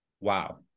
wow